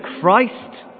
Christ